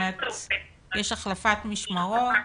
יש החלפת משמרות?